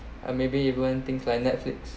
uh maybe even things like netflix